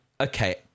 okay